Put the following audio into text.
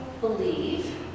believe